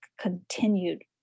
continued